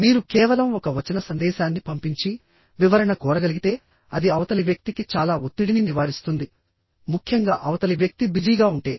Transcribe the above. మీరు కేవలం ఒక వచన సందేశాన్ని పంపించి వివరణ కోరగలిగితే అది అవతలి వ్యక్తికి చాలా ఒత్తిడిని నివారిస్తుంది ముఖ్యంగా అవతలి వ్యక్తి బిజీగా ఉంటే